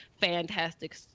fantastic